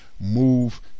move